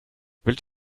would